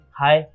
hi